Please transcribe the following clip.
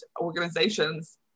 organizations